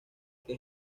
que